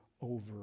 over